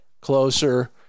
closer